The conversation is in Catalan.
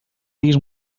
diguis